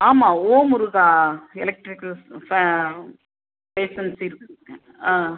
ஆமாம் Om Muruga electric agency இருக்குதுங்க